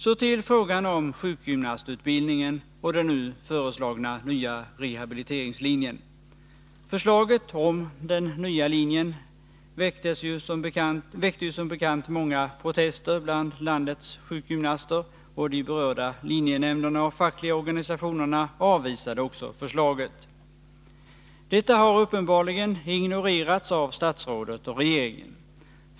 Så till frågan om sjukgymnastutbildningen och den nu föreslagna nya rehabiliteringslinjen: Förslaget om den nya linjen väckte som bekant många protester bland landets sjukgymnaster, och de berörda linjenämnderna och de fackliga organisationerna avvisade också förslaget. Detta har uppenbarligen ignorerats av statsrådet och regeringen.